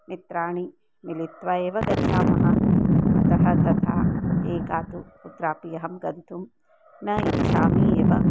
मित्राणि मिलित्वा एव गच्छामः अतः तथा एका तु कुत्रापि अहं गन्तुं न इच्छामि एव